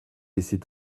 laisser